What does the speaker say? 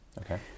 Okay